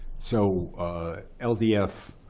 so ldf,